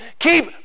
Keep